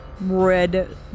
red